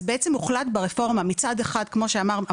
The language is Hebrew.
אז בעצם הוחלט ברפורמה מצד אחד כמו שאמרה